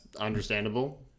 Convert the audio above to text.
understandable